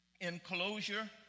enclosure